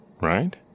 Right